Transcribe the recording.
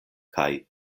kaj